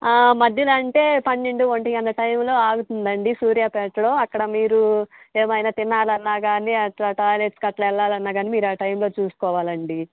ఆ మధ్యలో అంటే పన్నెండు ఒంటిగంట టైంలో ఆగుతుందండి సూర్యాపేటలో అక్కడ మీరు ఏమైనా తినాలన్న కానీ అట్లా టాయిలెట్స్కి అట్లా వెళ్ళాలి అన్న కానీ మీరు ఆ టైమ్లో చూసుకోవాలండి